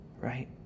right